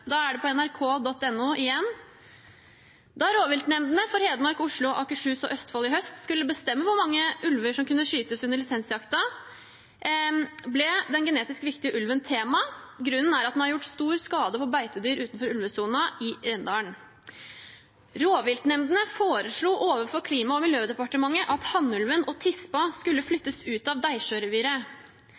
det på nrk.no, igjen: «Da rovviltnemndene for Hedmark, Oslo, Akershus og Østfold i høst skulle bestemme hvor mange ulver som kunne skytes under lisensjakta ble derfor den genetisk viktige ulven tema. Grunnen er at den har gjort stor skade på beitedyr utenfor ulvesona, i Rendalen.» Rovviltnemndene foreslo overfor Klima- og miljødepartementet at hannulven og tispa skulle flyttes ut av